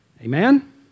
Amen